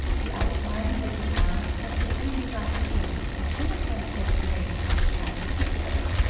the outlines, as it were, have been only roughed in and no attempt has been made to supply particulars,